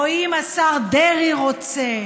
או אם השר דרעי רוצה,